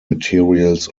materials